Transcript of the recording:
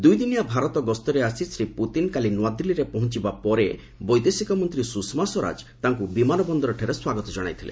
ଦୁଇଦିନିଆ ଭାରତ ଗସ୍ତରେ ଆସି ଶ୍ରୀ ପୁତିନ୍ କାଲି ନୂଆଦିଲ୍ଲୀରେ ପହଞ୍ଚିବା ପରେ ବୈଦେଶିକ ମନ୍ତ୍ରୀ ସୁଷମା ସ୍ୱରାଜ ତାଙ୍କୁ ବିମାନ ବନ୍ଦରଠାରେ ସ୍ୱାଗତ ଜଣାଇଥିଲେ